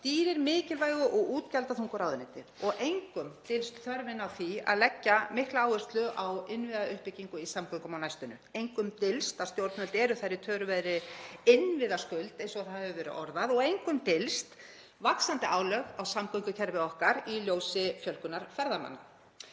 stýrir mikilvægu og útgjaldaþungu ráðuneyti og engum dylst þörfin á því að leggja mikla áherslu á innviðauppbyggingu í samgöngum á næstunni. Engum dylst að stjórnvöld eru þar í töluverðri innviðaskuld, eins og það hefur verið orðað, og engum dylst vaxandi álag á samgöngukerfið okkar í ljósi fjölgunar ferðamanna.